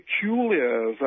peculiar